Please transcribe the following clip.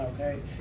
Okay